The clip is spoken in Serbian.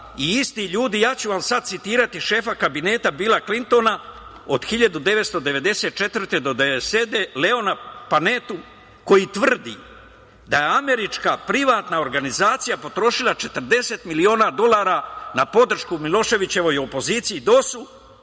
i isti ljudi, ja ću vam sada citirati šefa kabineta Bila Klintona od 1994. do 1997. godine, Leona Panetu, koji tvrdi da je američka privatna organizacija potrošila 40 miliona dolara na podršku Miloševićevoj opoziciji,